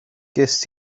gest